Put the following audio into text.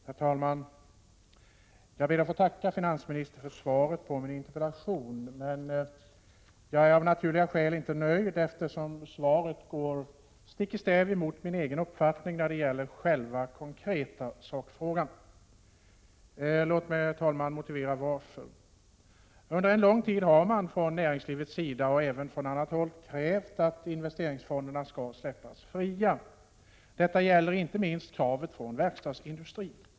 Herr talman! Jag ber att få tacka finansministern för svaret på min interpellation. Jag är av naturliga skäl inte nöjd, eftersom svaret går stick i stäv mot min egen uppfattning i den konkreta sakfrågan. Låt mig, herr talman, motivera varför. Under en lång tid har man från näringslivets sida, och även från annat håll, krävt att investeringsfonderna skall släppas fria. Detta gäller inte minst kravet från verkstadsindustrin.